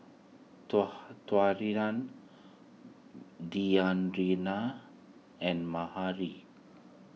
Taurean Deyanira and